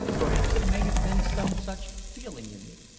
perhaps it may have been some such feeling in me,